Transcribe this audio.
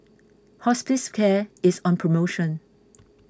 Hospicare is on promotion